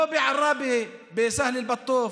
לא בעראבה, בסהל אל-בטוף,